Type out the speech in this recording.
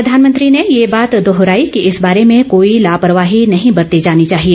प्रधानमंत्री ने यह बात दोहराई कि इस बारे में कोई लापरवाही नहीं बरती जानी चाहिए